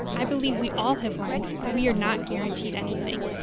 i believe we all have learned that we are not guaranteed anything.